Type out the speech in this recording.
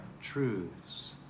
truths